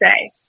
say